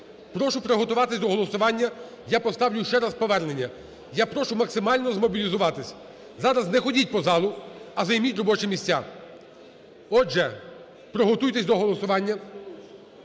Прошу приготуватись до голосування. Я поставлю ще раз повернення. Я прошу максимально змобілізуватись. Зараз не ходіть по залу, а займіть робочі місця. Отже, приготуйтесь до голосування.